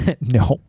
no